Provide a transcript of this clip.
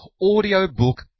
audiobook